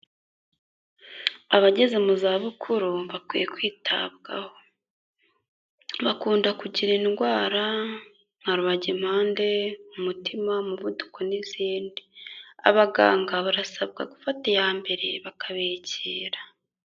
Abageze mu zabukuru bakwiye kwitabwaho, bakunda kugira indwara nka rubagimpande, umutima, umuvuduko n'izindi, abaganga barasabwa gufata iya mbere bakabegera.